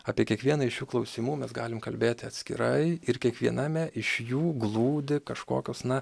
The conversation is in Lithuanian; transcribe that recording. apie kiekvieną iš šių klausimų mes galim kalbėti atskirai ir kiekviename iš jų glūdi kažkokios na